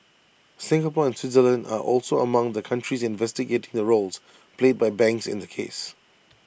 Singapore and Switzerland are also among the countries investigating the roles played by banks in the case